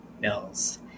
bills